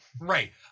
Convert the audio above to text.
Right